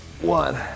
One